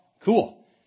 Cool